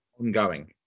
ongoing